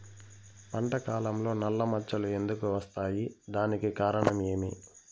పంట కాలంలో నల్ల మచ్చలు ఎందుకు వస్తాయి? దానికి కారణం ఏమి?